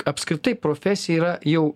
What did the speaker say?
apskritai profesija yra jau